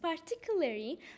particularly